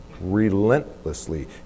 Relentlessly